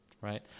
right